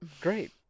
great